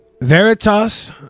Veritas